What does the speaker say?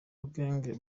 gangs